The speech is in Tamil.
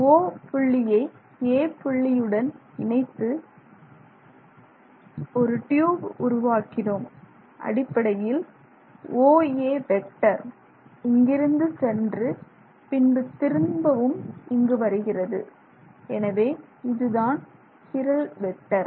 "O" புள்ளியை "A" புள்ளியுடன் இணைத்து ஒரு ட்யூப் உருவாக்கினோம் அடிப்படையில் OA வெக்டர் இங்கிருந்து சென்று பின்பு திரும்பவும் இங்கு வருகிறது எனவே இதுதான் சிரல் வெக்டர்